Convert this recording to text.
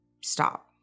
stop